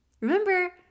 Remember